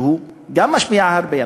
שגם הוא משפיע הרבה,